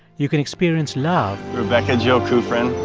you can experience love. rebecca jill kufrin,